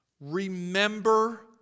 Remember